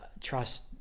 Trust